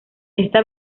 esta